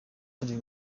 bari